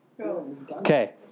Okay